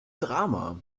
drama